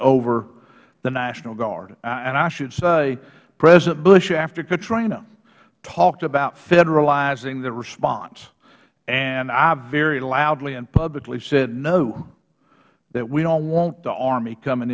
over the national guard and i should say president bush after katrina talked about federalizing the response and i very loudly and publicly said no that we don't want the army coming